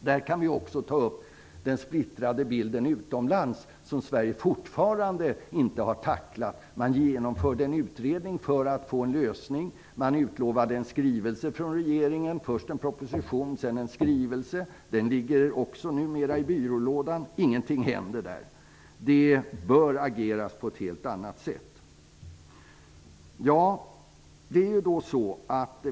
Då kan vi också ta upp den splittrade bilden utomlands, som Sverige fortfarande inte har tacklat. Man genomförde en utredning för att finna en lösning. Regeringen utlovade först en proposition och sedan en skrivelse, som numera ligger i byrålådan. Ingenting händer. Man bör agera på ett helt annat sätt.